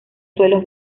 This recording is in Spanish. suelos